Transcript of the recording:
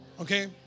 okay